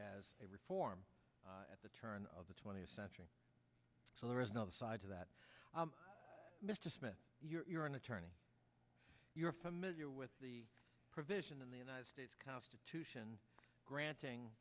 as a reform at the turn of the twentieth century so there is another side to that mr smith you're an attorney you're familiar with the provision in the united states constitution granting